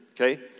okay